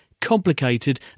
complicated